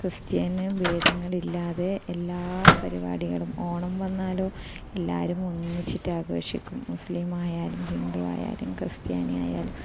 ക്രിസ്ത്യാനി ഭേദങ്ങളില്ലാതെ എല്ലാ പരിപാടികളും ഓണം വന്നാലോ എല്ലാവരും ഒന്നിച്ചിട്ട് ആഘോഷിക്കും മുസ്ലിം ആയാലും ഹിന്ദുവായാലും ക്രിസ്ത്യാനി ആയാലും